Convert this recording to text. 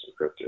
encrypted